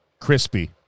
crispy